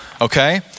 okay